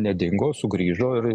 nedingo sugrįžo ir